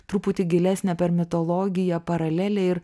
truputį gilesnė per mitologiją paralelė ir